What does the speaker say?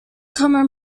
common